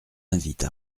invite